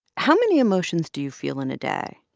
how many emotions do you feel in a day?